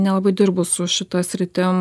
nelabai dirbu su šita sritim